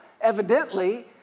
evidently